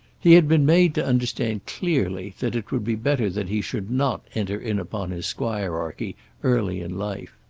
he had been made to understand clearly that it would be better that he should not enter in upon his squirearchy early in life.